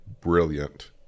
brilliant